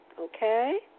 Okay